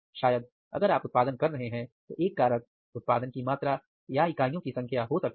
शायद अगर आप उत्पादन कर रहे हैं तो एक कारक उत्पादन की मात्रा या इकाइयों की संख्या हो सकती है